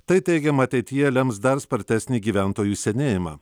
tai teigiama ateityje lems dar spartesnį gyventojų senėjimą